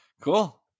Cool